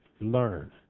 Learn